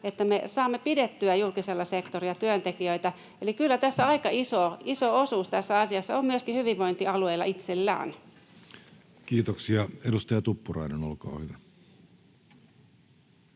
että me saamme pidettyä julkisella sektorilla työntekijöitä. Eli kyllä tässä asiassa aika iso osuus on myöskin hyvinvointialueilla itsellään. Kiitoksia. — Edustaja Tuppurainen, olkaa hyvä.